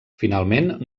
finalment